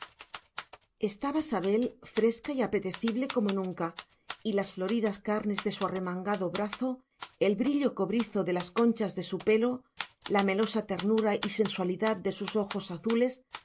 estaba sabel fresca y apetecible como nunca y las floridas carnes de su arremangado brazo el brillo cobrizo de las conchas de su pelo la melosa ternura y sensualidad de sus ojos azules